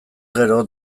gero